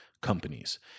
companies